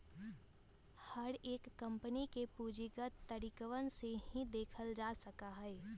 हर एक कम्पनी के पूंजीगत तरीकवन से ही देखल जा सका हई